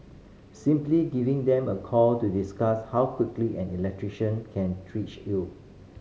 simply giving them a call to discuss how quickly an electrician can reach you